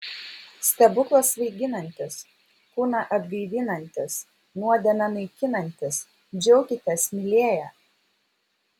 stebuklas svaiginantis kūną atgaivinantis nuodėmę naikinantis džiaukitės mylėję